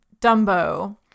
Dumbo